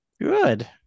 Good